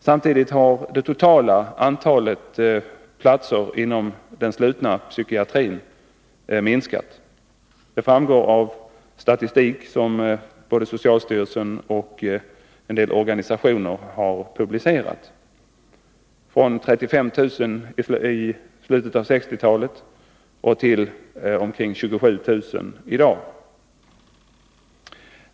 Samtidigt har det totala antalet platser inom den slutna psykiatrin minskat — det framgår av statistik som både socialstyrelsen och en del organisationer har publicerat — från 35 000 i slutet av 1960-talet till omkring 27 000 i dag.